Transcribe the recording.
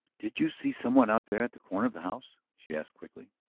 did you see some one out there at the corner of the house? she asked quickly.